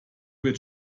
wird